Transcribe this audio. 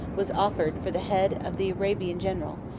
was offered for the head of the arabian general,